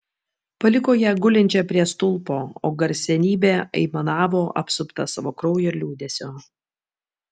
paliko ją gulinčią prie stulpo o garsenybė aimanavo apsupta savo kraujo ir liūdesio